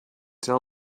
tell